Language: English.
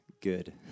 good